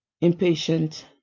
impatient